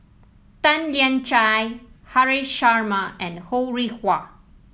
Tan Lian Chye Haresh Sharma and Ho Rih Hwa